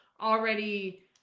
already